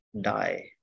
die